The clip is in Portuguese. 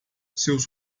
seus